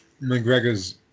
McGregor's